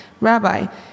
Rabbi